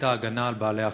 שתכליתה הגנה על בעלי-החיים.